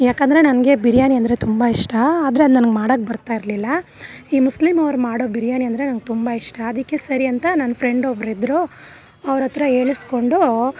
ಯಾಕಂದರೆ ನನಗೆ ಬಿರಿಯಾನಿ ಅಂದರೆ ತುಂಬ ಇಷ್ಟ ಆದರೆ ಅದು ನನಗೆ ಮಾಡೋಕ್ ಬರ್ತಾಯಿರಲಿಲ್ಲ ಈ ಮುಸ್ಲಿಮವ್ರು ಮಾಡೋ ಬಿರಿಯಾನಿ ಅಂದರೆ ನಂಗೆ ತುಂಬ ಇಷ್ಟ ಅದಕ್ಕೆ ಸರಿ ಅಂತ ನನ್ನ ಫ್ರೆಂಡ್ ಒಬ್ಬರಿದ್ರು ಅವ್ರಹತ್ರ ಹೇಳಿಸ್ಕೊಂಡು